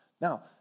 Now